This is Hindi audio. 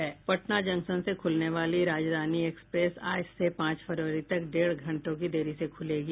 पटना जंक्शन से खुलने वाली राजरानी एक्सप्रेस आज से पांच फरवरी तक डेढ़ घंटे की देरी से खुलेगी